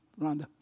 Rhonda